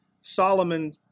Solomon